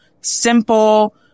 simple